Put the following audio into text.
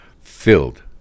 filled